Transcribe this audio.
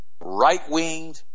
right-winged